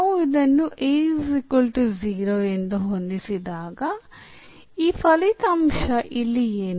ನಾವು ಇದನ್ನು a 0 ಎಂದು ಹೊಂದಿಸಿದಾಗ ಈ ಫಲಿತಾಂಶ ಇಲ್ಲಿ ಏನು